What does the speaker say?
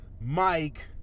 Mike